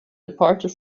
departed